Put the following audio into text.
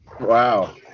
wow